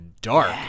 dark